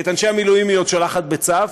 את אנשי המילואים היא עוד שולחת בצו,